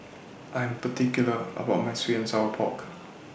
I'm particular about My Sweet and Sour Pork